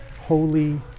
holy